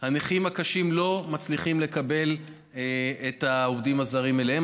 שהנכים הקשים לא מצליחים לקבל את העובדים הזרים אליהם.